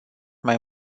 mai